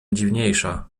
dziwniejsza